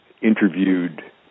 interviewed